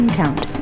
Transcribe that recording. count